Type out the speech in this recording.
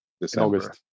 December